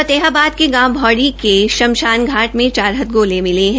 फतेहाबद के गांव भौडी के शमशान घाट में चार हथगोले मिले है